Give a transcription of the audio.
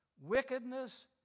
Wickedness